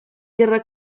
guerra